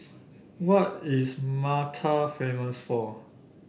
what is Malta famous for